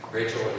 Rachel